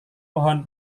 pohon